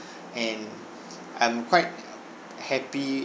and I'm quite happy